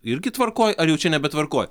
irgi tvarkoj ar jau čia nebe tvarkoj